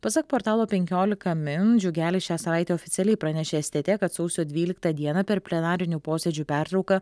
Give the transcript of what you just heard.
pasak portalo penkiolika min džiugelis šią savaitę oficialiai pranešė stt kad sausio dvyliktą dieną per plenarinių posėdžių pertrauką